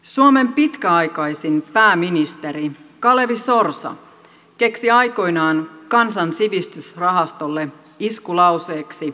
suomen pitkäaikaisin pääministeri kalevi sorsa keksi aikoinaan kansan sivistysrahastolle iskulauseeksi